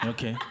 Okay